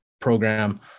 program